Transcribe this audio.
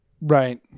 Right